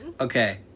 Okay